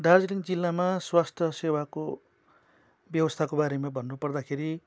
दार्जिलिङ जिल्लामा स्वास्थ्य सेवाको व्यवस्थाको बारेमा भन्नु पर्दाखेरि